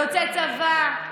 יוצאי צבא,